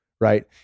right